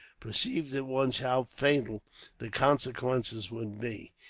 perceived at once how fatal the consequences would be.